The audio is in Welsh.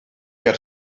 ger